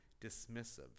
dismissive